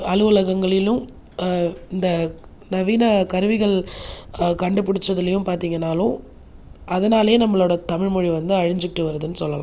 அலுவலகங்களிலும் இந்த நவீன கருவிகள் கண்டுபிடிச்சதிலும் பார்த்தீங்கனாலும் அதனாலயே நம்மளோட தமிழ் மொழி வந்து அழிஞ்சுட்டு வருதுனு சொல்லலாம்